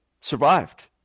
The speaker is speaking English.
survived